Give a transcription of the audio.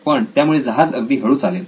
पण त्यामुळे जहाज अगदी हळू चालेल